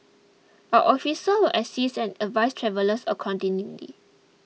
our officers will assist and advise travellers accordingly